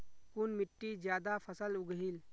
कुन मिट्टी ज्यादा फसल उगहिल?